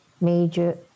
major